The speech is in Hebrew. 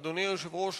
אדוני היושב-ראש,